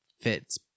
fits